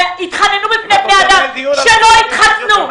והתחננו בפני בני אדם שלא יתחסנו,